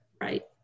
Right